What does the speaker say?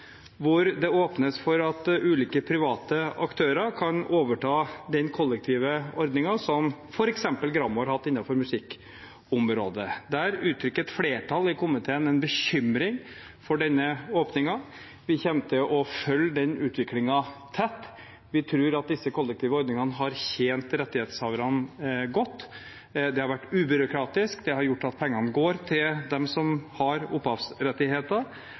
hvor det åpnes for at ulike private aktører kan overta den kollektive ordningen som f.eks. Gramo har hatt innenfor musikkområdet. Et flertall i komiteen uttrykker bekymring for denne åpningen. Vi kommer til å følge den utviklingen tett. Vi tror at disse kollektive ordningene har tjent rettighetshaverne godt. Det har vært ubyråkratisk, det har gjort at pengene går til dem som har